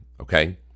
okay